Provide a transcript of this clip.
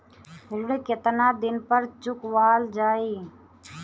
ऋण केतना दिन पर चुकवाल जाइ?